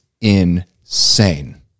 insane